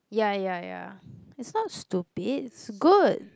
ya ya ya it's not stupid it's good